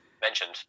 Mentioned